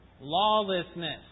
Lawlessness